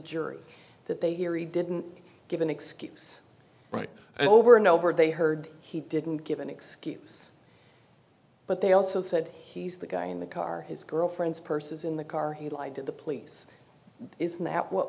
jury that they hear he didn't give an excuse right over and over they heard he didn't give an excuse but they also said he's the guy in the car his girlfriend's purse is in the car he lied to the police is that what